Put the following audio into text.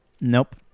Nope